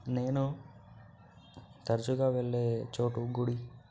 నేను తరచుగా వెళ్ళే చోటు గుడి